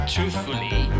Truthfully